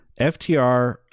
FTR